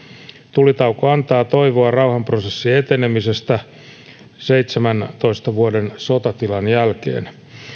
tulitauko antaa toivoa rauhanprosessin etenemisestä seitsemäntoista vuoden sotatilan jälkeen